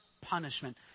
punishment